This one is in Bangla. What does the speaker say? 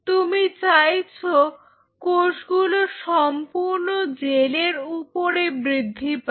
তুমি চাইছো কোষগুলি সম্পূর্ণ জেলের উপরে বৃদ্ধি পাক